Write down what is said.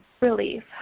relief